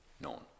known